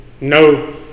No